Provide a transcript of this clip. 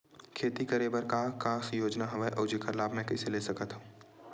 खेती करे बर का का योजना हवय अउ जेखर लाभ मैं कइसे ले सकत हव?